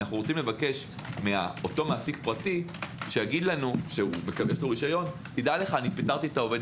אנחנו רוצים לבקש מאותו מעסיק פרטי שיגיד לנו: אני פיטרתי את העובד